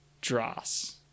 dross